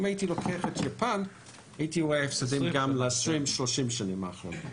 אם הייתי מדבר על יפן הייתי רואה הפסדים גם ל-30-20 השנים האחרונות.